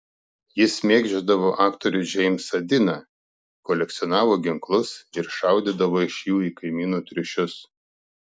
jis mėgdžiodavo aktorių džeimsą diną kolekcionavo ginklus ir šaudydavo iš jų į kaimynų triušius